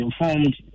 informed